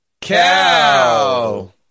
cow